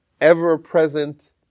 ever-present